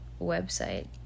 website